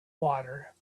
water